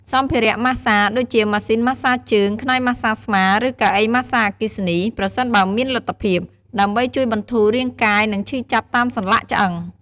សម្ភារៈម៉ាស្សា ដូចជាម៉ាស៊ីនម៉ាស្សាជើង ខ្នើយម៉ាស្សាស្មា ឬកៅអីម៉ាស្សាអគ្គិសនី (ប្រសិនបើមានលទ្ធភាព) ដើម្បីជួយបន្ធូររាងកាយ និងឈឺចាប់តាមសន្លាក់ឆ្អឹង។